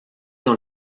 dans